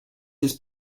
his